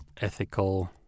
ethical